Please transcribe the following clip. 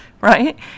right